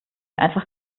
einfach